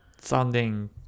sounding